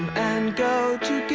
and